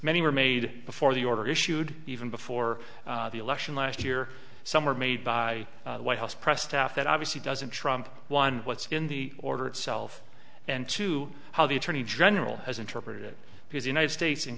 many were made before the order issued even before the election last year some were made by the white house press half that obviously doesn't trump one what's in the order itself and two how the attorney general has interpreted it because the united states in